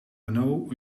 renault